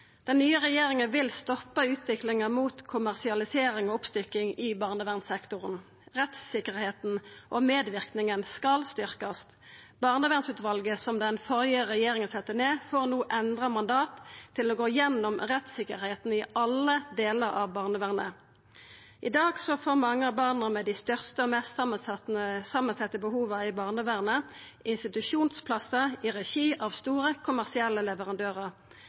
Den nye regjeringa vil stoppa utviklinga mot kommersialisering og oppstykking i barnevernssektoren. Rettstryggleiken og medverkinga skal styrkjast. Barnevernsutvalet, som den førre regjeringa sette ned, får no endra mandat til å gå igjennom rettstryggleiken i alle delar av barnevernet. I dag får mange av barna med dei største og mest samansette behova i barnevernet institusjonsplass i regi av store kommersielle leverandørar.